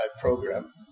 program